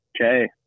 Okay